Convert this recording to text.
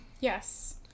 Yes